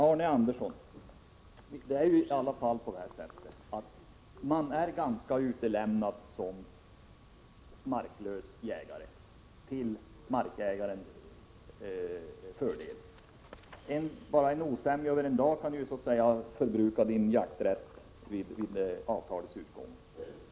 En marklös jägare är, Arne Andersson i Ljung, ganska utlämnad gentemot markägaren. Osämja bara över en dag kan förbruka hans jakträtt vid avtalets utgång.